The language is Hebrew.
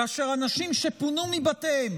כאשר אנשים שפונו מבתיהם